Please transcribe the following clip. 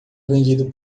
vendido